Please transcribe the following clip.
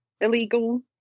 illegal